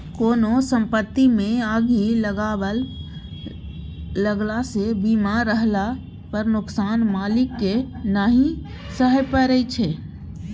कोनो संपत्तिमे आगि लगलासँ बीमा रहला पर नोकसान मालिककेँ नहि सहय परय छै